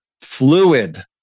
fluid